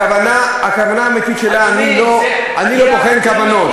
הכוונה האמיתית שלה, אני לא בוחן כוונות.